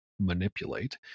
manipulate